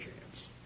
chance